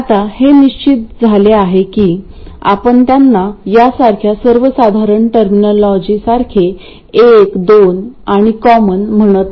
आता हे निश्चित झाले की आपण त्यांना या सारख्या सर्वसाधारण टर्मिनोलॉजीसारखे एक दोन आणि कॉमन म्हणत नाही